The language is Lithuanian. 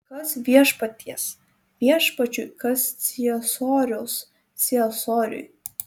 kas viešpaties viešpačiui kas ciesoriaus ciesoriui